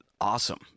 awesome